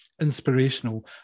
inspirational